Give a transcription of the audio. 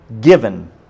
given